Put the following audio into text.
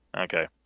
Okay